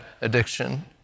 addiction